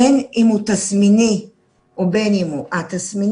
בין אם הוא תסמיני ובין אם הוא א-תסמיני.